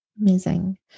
Amazing